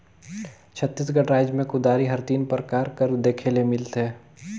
छत्तीसगढ़ राएज मे कुदारी हर तीन परकार कर देखे ले मिलथे